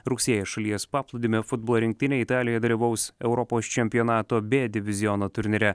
rugsėjį šalies paplūdimio futbolo rinktinė italijoje dalyvaus europos čempionato b diviziono turnyre